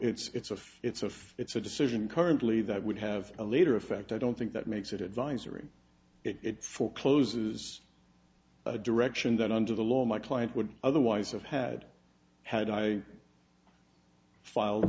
so it's a it's of it's a decision currently that would have a later effect i don't think that makes it advisory it forecloses a direction that under the law my client would otherwise have had had i filed